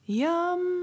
yum